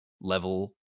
level